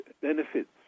benefits